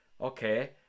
okay